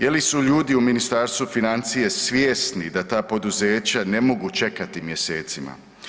Je li su ljudi u Ministarstvu financije svjesni da ta poduzeća ne mogu čekati mjesecima?